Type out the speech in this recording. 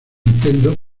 nintendo